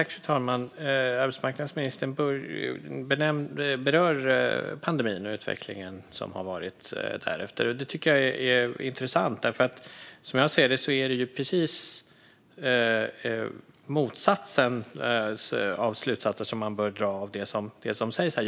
Fru talman! Arbetsmarknadsministern berör pandemin och utvecklingen som har varit. Det tycker jag är intressant. Som jag ser det är det nämligen precis motsatta slutsatser som man bör dra av det som sägs här.